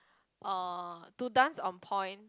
uh to dance on point